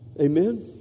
Amen